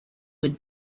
would